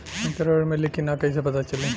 हमके ऋण मिली कि ना कैसे पता चली?